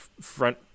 front